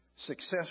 success